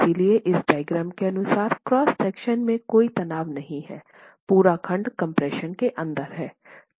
इसलिए इस डायग्राम के अनुसार क्रॉस सेक्शन में कोई तनाव नहीं है पूरा खंड कम्प्रेशन के अंदर है